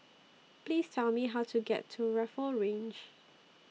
Please Tell Me How to get to Rifle Range